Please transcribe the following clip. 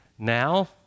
Now